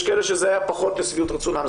יש כאלה שזה היה פחות לשביעות רצונם.